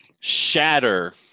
Shatter